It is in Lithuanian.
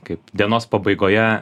kaip dienos pabaigoje